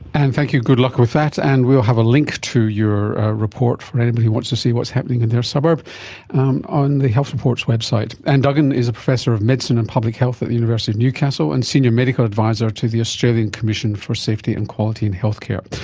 anne, thank you, good luck with that, and we'll have a link to your report for anybody who wants to see what's happening in their suburb on the health report's website. anne duggan is a professor of medicine and public health at the university of newcastle and senior medical adviser to the australian commission for safety and quality in healthcare.